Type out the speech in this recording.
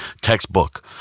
Textbook